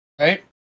right